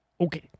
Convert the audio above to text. Okay